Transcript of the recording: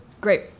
Great